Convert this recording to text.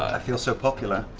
i feel so popular!